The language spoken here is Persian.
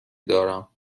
دارم